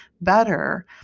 better